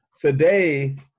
today